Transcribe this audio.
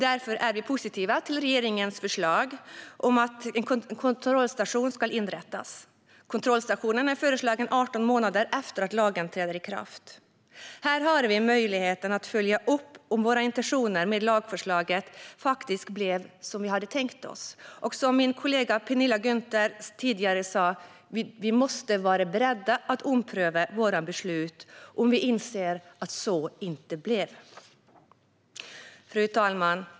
Därför är vi positiva till regeringens förslag om att inrätta en kontrollstation. Kontrollstationen är föreslagen till 18 månader efter att lagen träder i kraft. Här har vi möjligheten att följa upp om våra intentioner med lagförslaget blev verklighet och om det blev som vi hade tänkt oss. Som min kollega Penilla Gunther tidigare sa: Vi måste vara beredda att ompröva våra beslut om vi inser att det inte blev som vi hade tänkt. Fru talman!